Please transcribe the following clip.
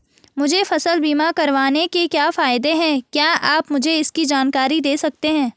मुझे फसल बीमा करवाने के क्या फायदे हैं क्या आप मुझे इसकी जानकारी दें सकते हैं?